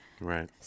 Right